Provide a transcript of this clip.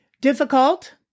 difficult